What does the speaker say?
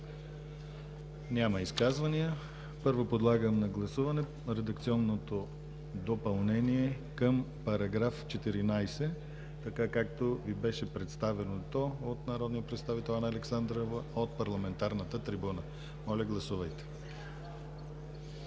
Няма изказвания. Първо подлагам на гласуване редакционното допълнение към § 14, както беше представено то от народния представител Анна Александрова от парламентарната трибуна. Гласували